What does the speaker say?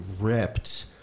ripped